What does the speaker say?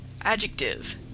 Adjective